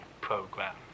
program